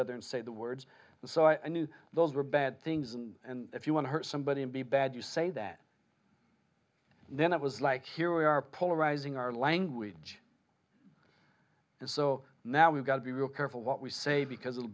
other and say the words so i knew those were bad things and if you want to hurt somebody and be bad you say that then it was like here we are polarizing our language and so now we've got to be real careful what we say because it